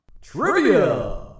Trivia